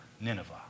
Nineveh